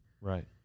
Right